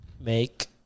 Make